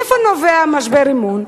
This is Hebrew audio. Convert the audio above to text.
מאיפה נובע משבר אמון?